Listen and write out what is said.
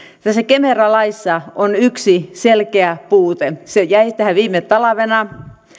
tässä kemera laissa on yksi selkeä puute se jäi tähän viime talvena